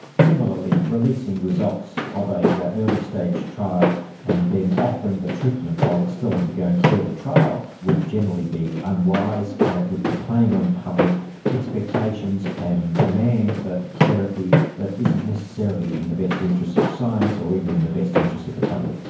similarly, releasing results of an ah yeah early stage trial and then offering the treatment while it's still undergoing further trial would generally be unwise, and it would be playing on public expectations and demand for therapy that isn't necessarily in the best interest of science, or even in the best interest of the public.